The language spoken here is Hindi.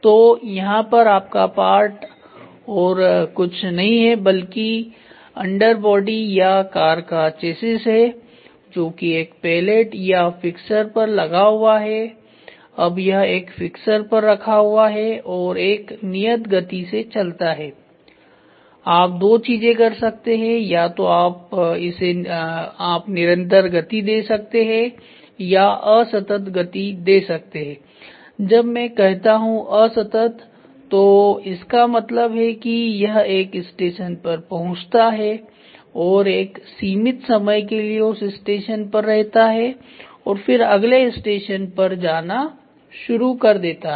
तो यहां पर आपका पार्ट और कुछ नहीं है बल्कि अंडर बॉडी या कार का चेसिस है जो कि एक पैलेट या फिक्सर पर लगा हुआ है अब यह एक फिक्सर पर रखा हुआ है और एक नियत गति से चलता है आप दो चीजें कर सकते हैं या तो इसे आप निरंतर गति दे सकते हैं या असतत गति दे सकते हैं जब मैं कहता हूं असतत तो इसका मतलब है कि यह एक स्टेशन पर पहुंचता है और एक सीमित समय के लिए उस स्टेशन पर रहता है और फिर अगले स्टेशन पर जाना शुरु कर देता है